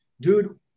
dude